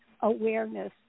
awareness